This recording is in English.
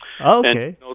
Okay